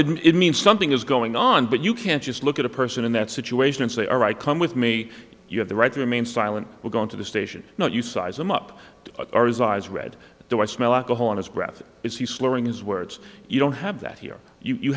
toxic it means something is going on but you can't just look at a person in that situation and say all right come with me you have the right to remain silent we're going to the station now you size him up are his eyes red do i smell alcohol on his breath or is he slurring his words you don't have that here you